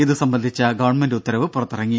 ഇതുസംബന്ധിച്ച ഗവൺമെന്റ് ഉത്തരവ് പുറത്തിറങ്ങി